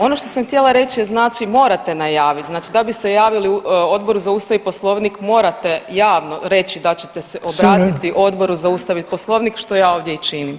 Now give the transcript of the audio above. Ono što sam htjela reći je znači morate najavit znači da bi se javili Odboru za Ustav i Poslovnik morate javno reći da ćete se obratiti Odboru za Ustav i Poslovnik [[Upadica: Sve u redu]] što ja ovdje i činim.